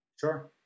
sure